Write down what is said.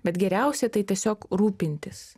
bet geriausia tai tiesiog rūpintis